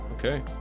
Okay